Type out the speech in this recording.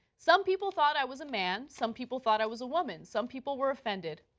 some people thought i was a man, some people thought i was a woman, some people were offended.